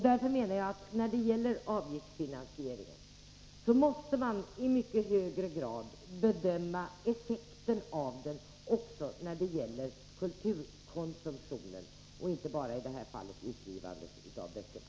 Därför menar jag att man i mycket hög grad måste bedöma effekten av avgiftsfinansieringen också på kulturkonsumtionen och inte bara på utgivandet av böckerna.